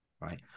right